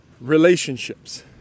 relationships